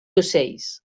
ocells